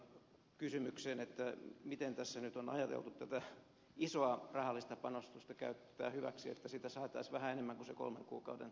kallion kysymykseen miten tässä nyt on ajateltu tätä isoa rahallista panostusta käyttää hyväksi että siitä saataisiin vähän enemmän kuin se kolmen kuukauden valvonta aika